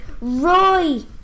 Roy